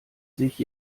sich